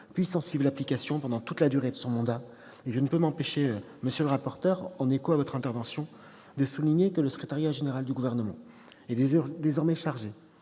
puisse en suivre l'application pendant toute la durée de son mandat. Je ne peux m'empêcher, monsieur le rapporteur, en écho à votre intervention, de souligner que le secrétariat général du Gouvernement est désormais chargé